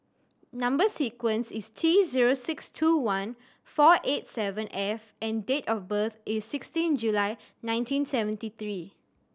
number sequence is T zero six two one four eight seven F and date of birth is sixteen July nineteen seventy three